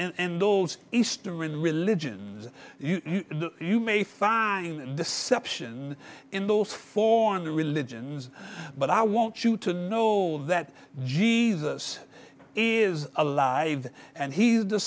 and those eastern religions you may find deception in those foreign religions but i want you to know that jesus is alive and he is the